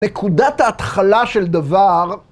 נקודת ההתחלה של דבר...